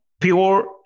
pure